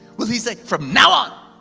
will he say, from now on,